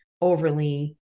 overly